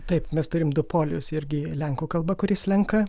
taip mes turim du polius irgi lenkų kalba kuri slenka